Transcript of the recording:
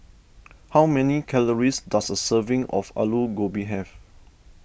how many calories does a serving of Aloo Gobi have